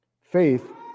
Faith